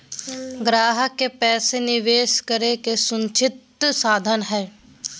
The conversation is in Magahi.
ग्राहक के पैसा निवेश करे के सुनिश्चित साधन हइ